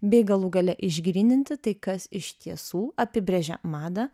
bei galų gale išgryninti tai kas iš tiesų apibrėžia madą